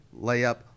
layup